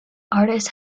artists